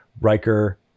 Riker